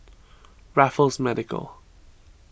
Raffles Medical